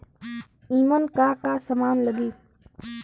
ईमन का का समान लगी?